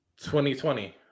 2020